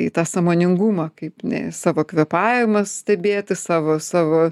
į tą sąmoningumą kaip savo kvėpavimą stebėti savo savo